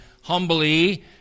humbly